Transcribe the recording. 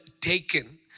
Taken